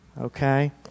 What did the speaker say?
okay